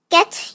Get